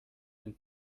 ein